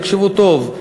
תקשיבו טוב,